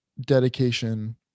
dedication